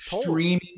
streaming